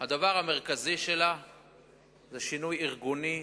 הוא שינוי ארגוני